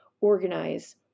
organize